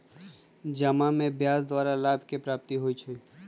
जमा में ब्याज द्वारा लाभ के प्राप्ति होइ छइ